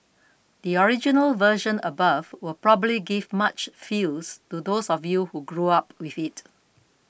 the original version above will probably give much feels to those of you who grew up with it